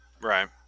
Right